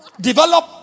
develop